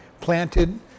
planted